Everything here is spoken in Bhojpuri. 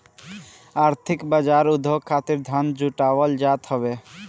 आर्थिक बाजार उद्योग खातिर धन जुटावल जात हवे